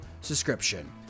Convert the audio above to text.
subscription